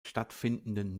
stattfindenden